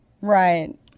Right